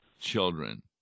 children